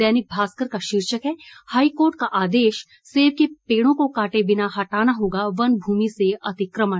दैनिक भास्कर का शीर्षक है हाईकोर्ट का आदेश सेब के पेड़ों को काटे बिना हटाना होगा वन भूमि से अतिक्रमण